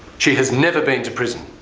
she has never been to prison.